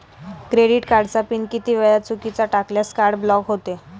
Credit कार्डचा pin किती वेळा चुकीचा टाकल्यास कार्ड ब्लॉक होते?